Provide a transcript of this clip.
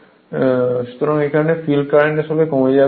refer time 0858 সুতরাং এখানে field current আসলে কমে যাবে